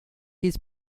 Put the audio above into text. his